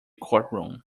courtroom